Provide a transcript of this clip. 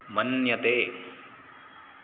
मन्यते